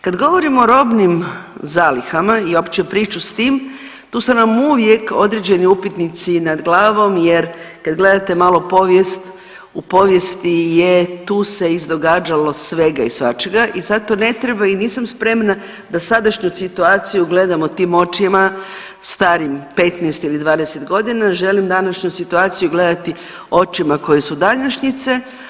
Kada govorimo o robnim zalihama i opće priču s tim, tu su nam uvijek određeni upitnici nad glavom jer kad gledate malo povijest u povijesti je tu se iz događalo svega i svačega i zato ne treba i nisam spremna da sadašnju situaciju gledamo tim očima starim 15 ili 20 godina, želim današnju situaciju gledati očima koji su današnjice.